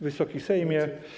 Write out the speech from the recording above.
Wysoki Sejmie!